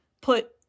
put